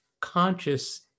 conscious